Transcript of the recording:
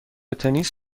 تنیس